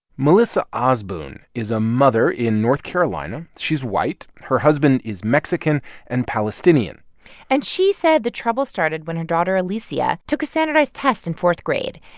melissa ah asbun is a mother in north carolina. she's white. her husband is mexican and palestinian and she said the trouble started when her daughter alyssia took a standardized test in fourth grade.